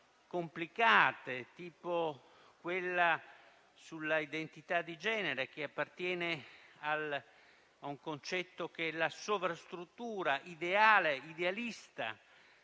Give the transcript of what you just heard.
complicate, tipo quella sull'identità di genere, che appartiene ad un concetto che è la sovrastruttura ideale e idealista